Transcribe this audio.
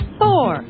four